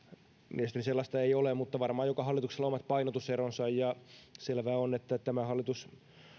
mielestäni sellaista ei ole mutta varmaan joka hallituksella on omat painotuseronsa ja selvää on että tämä hallitus